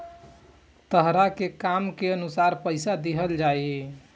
तहरा के काम के अनुसार पइसा दिहल जाइ